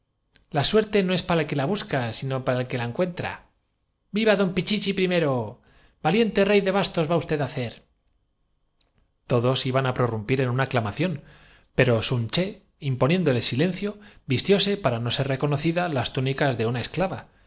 la suerte no es para el que la busca sino para el entusiasmo de la augusta señora cercenaba las proba que la encuentra viva don pichichi primero va bilidades de éxito si vencidos en la refriega no podía liente rey de bastos va usted á hacer hacerse dueño del talismán que tanto ambicionaba todos iban á prorrumpir en una aclamación pero la prudencia dicta meditar bien el caso antes de aban sun ché imponiéndoles silencio vistióse para no ser donarse á una aventura peligrosa reconocida las túnicas de una esclava y